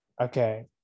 okay